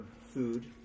food